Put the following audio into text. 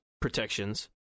protections